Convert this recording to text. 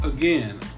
Again